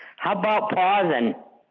how about pausing?